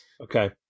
okay